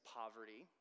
poverty